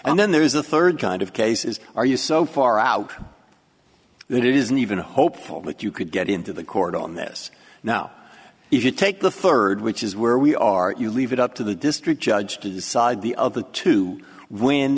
and then there is the third kind of case is are you so far out that it isn't even hopeful that you could get into the court on this now if you take the third which is where we are you leave it up to the district judge to decide the of the to when